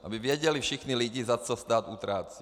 Aby věděli všichni lidi, za co stát utrácí.